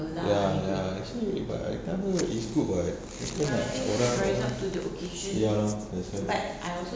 ya ya actually but I tell her it's good [what] kita nak orang orang ya that's why